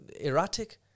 erratic